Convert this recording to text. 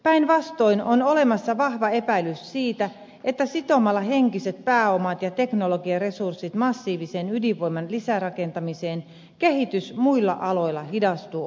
päinvastoin on olemassa vahva epäilys siitä että sitomalla henkiset pääomat ja teknologiaresurssit massiiviseen ydinvoiman lisärakentamiseen kehitys muilla aloilla hidastuu olennaisesti